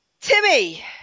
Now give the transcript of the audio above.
Timmy